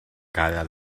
cara